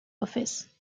office